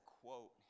quote